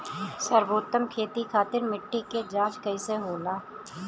सर्वोत्तम खेती खातिर मिट्टी के जाँच कईसे होला?